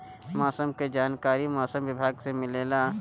मौसम के जानकारी मौसम विभाग से मिलेला?